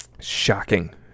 shocking